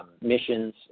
missions